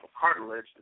cartilage